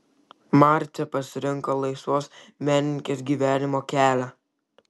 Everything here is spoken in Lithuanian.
marcė pasirinko laisvos menininkės gyvenimo kelią